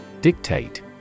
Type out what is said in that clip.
Dictate